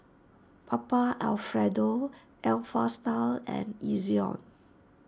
Papa Alfredo Alpha Style and Ezion